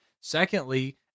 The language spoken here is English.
Secondly